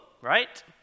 right